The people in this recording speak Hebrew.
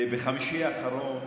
בחמישי האחרון,